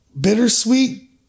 bittersweet